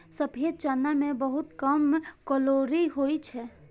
सफेद चना मे बहुत कम कैलोरी होइ छै